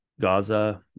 Gaza